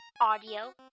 audio